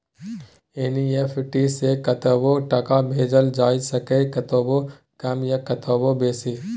NEFT सँ कतबो टका भेजल जाए सकैए कतबो कम या कतबो बेसी